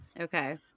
Okay